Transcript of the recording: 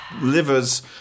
livers